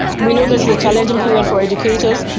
we know this is a challenging period for educators.